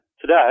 today